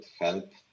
help